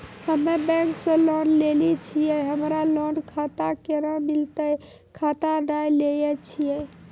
हम्मे बैंक से लोन लेली छियै हमरा लोन खाता कैना मिलतै खाता नैय लैलै छियै?